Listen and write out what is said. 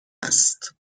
است